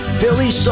Philly